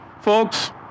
Folks